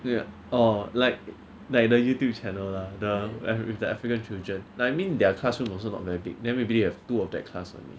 we~ orh like like the YouTube channel lah the with the african children I mean their classroom also not very big then maybe have two of that class only